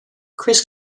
chris